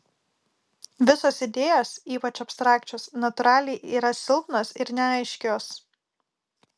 visos idėjos ypač abstrakčios natūraliai yra silpnos ir neaiškios